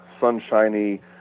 sunshiny